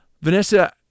vanessa